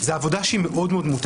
או חקיקת